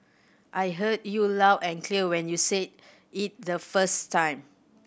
I heard you loud and clear when you said it the first time